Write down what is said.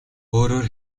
өөрөөр